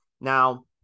Now